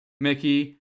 Mickey